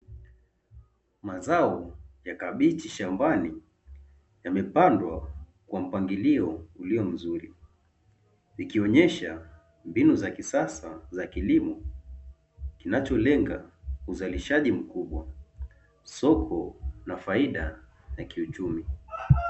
Mazao ya kabichi shambani yamepandwa kwa mpangilio ulio mzuri, ikionyesha mbinu za kisasa za kilimo kinacholenga uzalishaji mkubwa, soko na faida za kiuchumi.